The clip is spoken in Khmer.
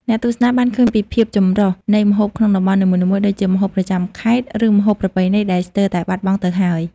អ្នកទស្សនាបានឃើញពីភាពចម្រុះនៃម្ហូបក្នុងតំបន់នីមួយៗ ដូចជាម្ហូបប្រចាំខេត្ត ឬម្ហូបប្រពៃណីដែលស្ទើរតែបាត់បង់ទៅហើយ។